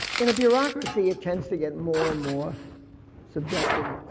in a bureaucracy, it tends to get more and more subjective.